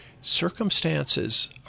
circumstances